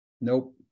Nope